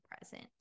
present